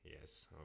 yes